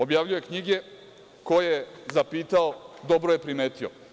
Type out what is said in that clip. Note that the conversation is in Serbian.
Objavljuje knjige, ko je zapitao, dobro je primetio.